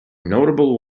notable